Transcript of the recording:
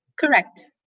Correct